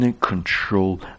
control